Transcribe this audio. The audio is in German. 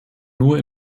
nur